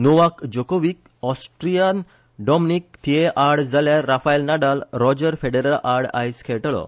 Novak Djokovic ऑस्ट्रीयान Dominic Thiem आड जाल्यार राफायल नादाल रॉजर फॅडररा आड आयज खेळटलो